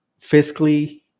fiscally